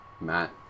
Matt